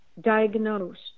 diagnosed